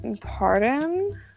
Pardon